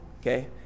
okay